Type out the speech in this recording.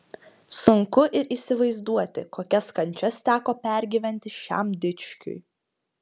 sunku ir įsivaizduoti kokias kančias teko pergyventi šiam dičkiui